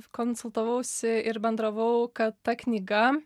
konsultavausi ir bendravau kad ta knyga